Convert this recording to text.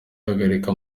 ahagarika